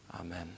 Amen